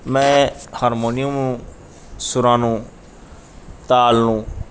ਮੈਂ ਹਾਰਮੋਨੀਅਮ ਸੁਰਾਂ ਨੂੰ ਤਾਲ ਨੂੰ